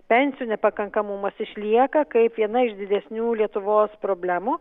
pensijų nepakankamumas išlieka kaip viena iš didesnių lietuvos problemų